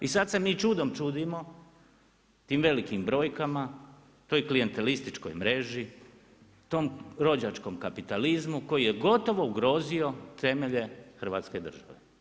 I sad se mi čudom čudimo, tim velikim brojkama, toj klijentelističkoj mreži, tom rođačkom kapitalizmu koji je gotovo ugrozio temelje hrvatske države.